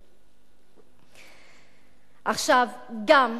עכשיו, גם,